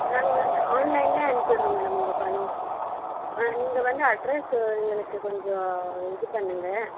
நாங்கள் வந்து ஆன்லைனில் அனுப்பிடுறோம் மேடம் உங்கள் பணம் ஆ நீங்கள் வந்து அட்ரஸ்ஸு எங்களுக்கு கொஞ்சோம் இது பண்ணுங்க